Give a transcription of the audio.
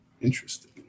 interesting